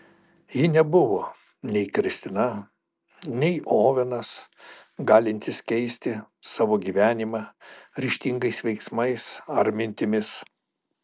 ji nebuvo nei kristina nei ovenas galintys keisti savo gyvenimą ryžtingais veiksmais ar mintimis